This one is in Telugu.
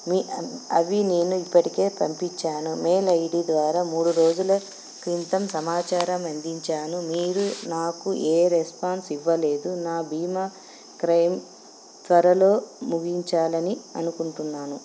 మీ అవి నేను ఇప్పటికే పంపించాను మెయిల్ ఐడీ ద్వారా మూడు రోజుల క్రితం సమాచారం అందించాను మీరు నాకు ఏ రెస్పాన్స్ ఇవ్వలేదు నా బీమా క్లయిమ్ త్వరలో ముగించాలి అని అనుకుంటున్నాను